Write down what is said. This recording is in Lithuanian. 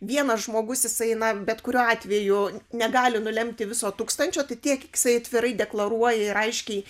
vienas žmogus jisai na bet kuriuo atveju negali nulemti viso tūkstančio tai tiek kiek jisai atvirai deklaruoja ir aiškiai